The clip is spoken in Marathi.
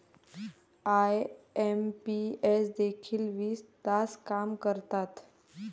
आई.एम.पी.एस देखील वीस तास काम करतात?